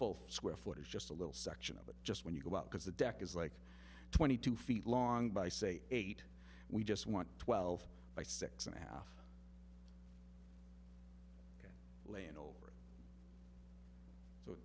full square foot is just a little section of it just when you go out because the deck is like twenty two feet long by say eight we just want wealth by six and a half laying over so i